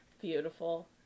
Beautiful